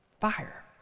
Fire